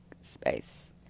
space